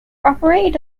operated